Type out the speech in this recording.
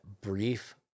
brief